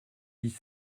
dix